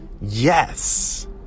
Yes